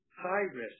high-risk